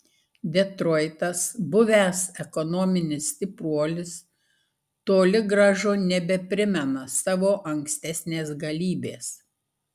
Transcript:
detroitas buvęs ekonominis stipruolis toli gražu nebeprimena savo ankstesnės galybės